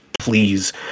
please